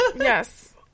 Yes